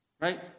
Right